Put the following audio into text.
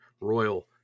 Royal